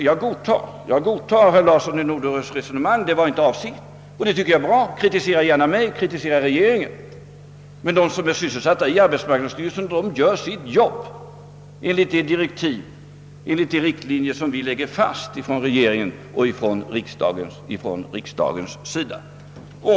Jag godtar herr Larssons uppgift att detta inte var innebörden i hans resonemang. Kritisera gärna mig och kritisera gärna regeringen. Men de som sitter i arbetsmarknadsverket. gör sitt jobb enligt de direktiv och riktlinjer som regeringen och riksdagen fastställt.